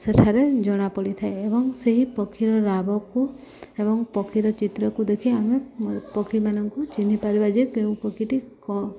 ସେଠାରେ ଜଣାପଡ଼ିଥାଏ ଏବଂ ସେହି ପକ୍ଷୀର ରାବକୁ ଏବଂ ପକ୍ଷୀର ଚିତ୍ରକୁ ଦେଖି ଆମେ ପକ୍ଷୀମାନଙ୍କୁ ଚିହ୍ନି ପାରିବା ଯେ କେଉଁ ପକ୍ଷୀଟି କ'ଣ